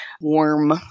warm